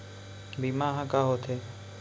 बीमा ह का होथे?